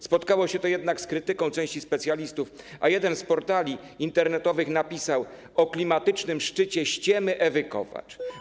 Spotkało się to jednak z krytyką części specjalistów, a jeden z portali internetowych napisał o klimatycznym szczycie ściemy Ewy Kopacz.